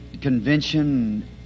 convention